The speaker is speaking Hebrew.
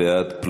עשרה בעד,